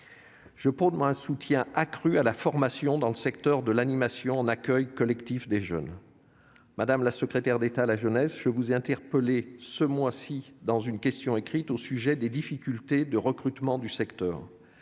je prône un soutien accru à la formation dans le domaine de l'animation pour l'accueil collectif des jeunes. Madame la secrétaire d'État à la jeunesse, je vous ai interpellée ce mois-ci par une question écrite au sujet des difficultés de recrutement du secteur.